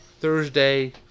Thursday